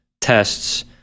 tests